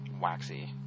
Waxy